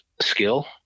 skill